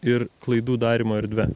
ir klaidų darymo erdve